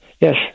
Yes